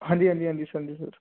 ਹਾਂਜੀ ਹਾਂਜੀ ਹਾਂਜੀ ਸਰ